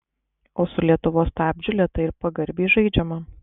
o su lietuvos stabdžiu lėtai ir pagarbiai žaidžiama